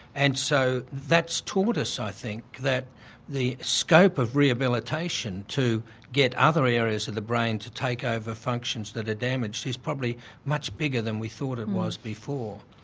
and so that's taught us, i think, that the scope of rehabilitation, to get other areas of the brain to take over functions that are damaged, is probably much bigger than we thought it was before.